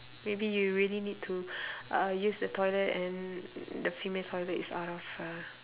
maybe you really need to uh use the toilet and the female toilet is out of uh